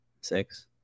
six